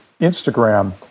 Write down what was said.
Instagram